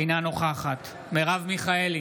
אינה נוכחת מרב מיכאלי,